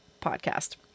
Podcast